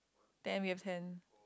then we have ten